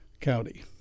County